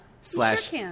Slash